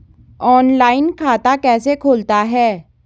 Online खाता कैसे खुलता है?